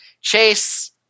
Chase